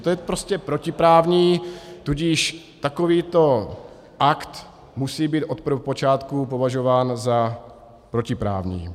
To je prostě protiprávní, tudíž takovýto akt musí být od prvopočátku považován za protiprávní.